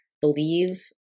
believe